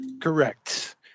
Correct